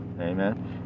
Amen